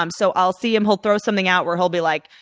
um so i'll see him, he'll throw something out where he'll be like,